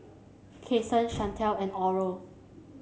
Cason Chantelle and Oral